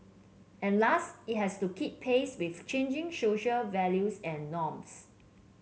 and last it has to keep pace with changing social values and norms